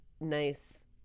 nice